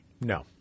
No